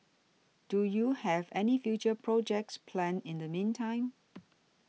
do you have any future projects planned in the meantime